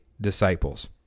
disciples